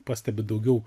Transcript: pastebiu daugiau